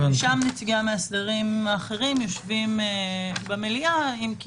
שם נציגי המאסדרים האחרים יושבים במליאה, אם כי